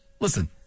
Listen